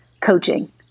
coaching